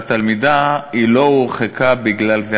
שהתלמידה לא הורחקה בגלל זה.